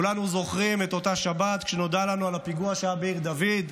כולנו זוכרים את אותה שבת שבה נודע לנו על הפיגוע שהיה בעיר דוד.